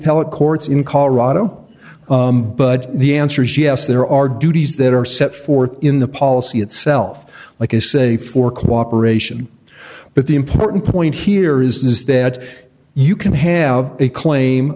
appellate courts in colorado but the answer is yes there are duties that are set forth in the policy itself like i say for cooperation but the important point here is that you can have a claim